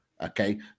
Okay